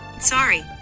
Sorry